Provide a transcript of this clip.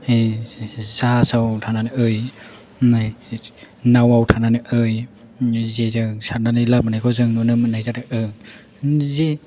जाहासाव थानानै नावाव थानानै जेजों सादनानै लाबोनायखौ जों नुनो मोननाय जादों